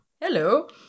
hello